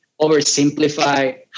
oversimplify